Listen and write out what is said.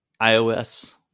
iOS